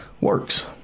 works